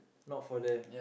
not for them